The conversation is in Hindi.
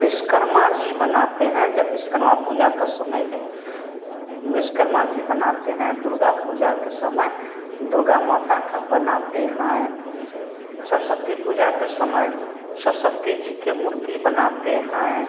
विश्वकर्मा जी बनाते हैं जब बिसकर्मा पूजा का समय में बिसकर्मा जी बनाते हैं दुर्गा पूजा के समय दुर्गा माता का बनाते हैं सरस्वती पूजा के समय सरस्वती जी के मूर्ति बनाते हैं